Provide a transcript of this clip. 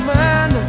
man